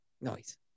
nice